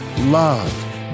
love